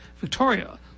Victoria